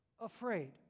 afraid